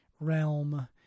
realm